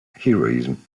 heroism